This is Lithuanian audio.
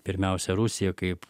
pirmiausia rusija kaip